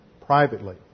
privately